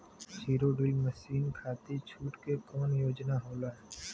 Zero deal मासिन खाती छूट के कवन योजना होला?